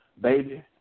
baby